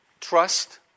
trust